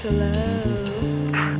Hello